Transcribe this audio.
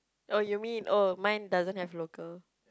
uh you mean oh mine doesn't have local